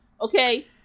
Okay